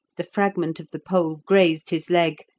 the fragment of the pole grazed his leg,